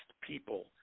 people